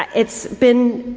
it's been,